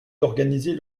d’organiser